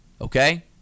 Okay